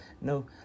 No